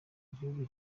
igihugu